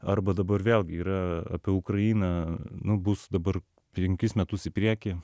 arba dabar vėlgi yra apie ukrainą nu bus dabar penkis metus į priekį